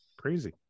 Crazy